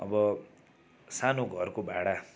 अब सानो घरको भाडा